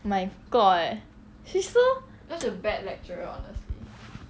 my god she so